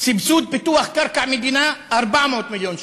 סבסוד פיתוח קרקע מדינה, 400 מיליון שקל,